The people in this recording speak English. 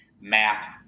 math